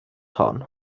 hon